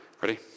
Ready